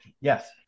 yes